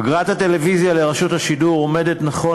שיעור אגרת הטלוויזיה לרשות השידור נכון